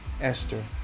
Esther